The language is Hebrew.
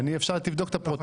אתה אמרת, תבדוק את הפרוטוקול.